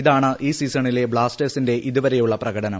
ഇതാണ് ഈ സീസണിലെ ബ്ലാസ്റ്റേഴ്സിന്റെ ഇതുവരെയുള്ള പ്രകടനം